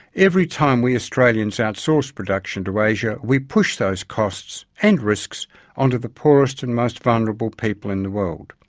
every time we australians outsource production to asia, we push those costs and risks onto the poorest and most vulnerable people in the world.